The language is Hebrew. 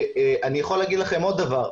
אני יכול להגיד לכם עוד דבר,